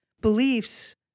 beliefs